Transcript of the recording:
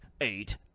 eight